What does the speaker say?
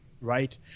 Right